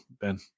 Ben